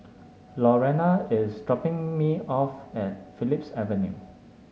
Lorena is dropping me off at Phillips Avenue